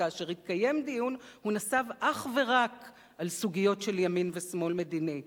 וכאשר התקיים דיון הוא נסב אך ורק על סוגיות של ימין ושמאל מדיני.